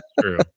True